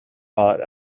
bought